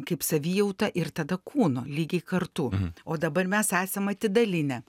kaip savijauta ir tada kūno lygiai kartu o dabar mes esam atidalinę